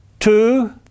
Two